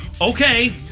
okay